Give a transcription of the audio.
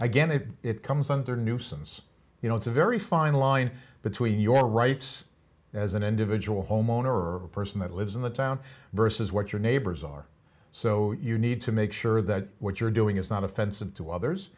again if it comes under nuisance you know it's a very fine line between your rights as an individual homeowner or a person that lives in the town versus what your neighbors are so you need to make sure that what you're doing is not offensive to others